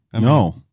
No